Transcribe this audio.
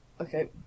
Okay